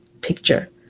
picture